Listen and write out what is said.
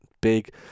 big